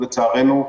לצערנו,